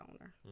owner